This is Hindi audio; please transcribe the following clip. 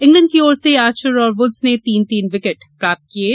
इंग्लैंड की ओर से आर्चर और वुड्स ने तीन तीन विकेट प्राप्त किये